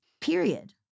Period